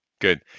good